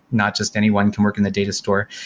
not just anyone can work in the data store.